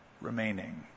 remaining